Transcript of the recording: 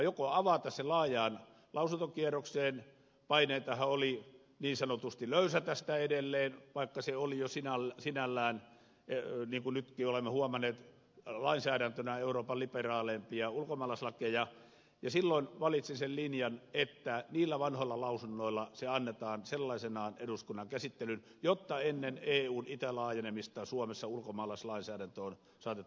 joko avata se laajaan lausuntokierrokseen paineitahan oli niin sanotusti löysätä sitä edelleen vaikka se oli jo sinällään niin kuin nytkin olemme huomanneet lainsäädäntönä euroopan liberaaleimpia ulkomaalaislakeja ja silloin valitsin sen linjan että niillä vanhoilla lausunnoilla se annetaan sellaisenaan eduskunnan käsittelyyn jotta ennen eun itälaajenemista suomessa ulkomaalaislainsäädäntö on saatettu ajan tasalle